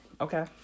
Okay